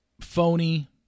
phony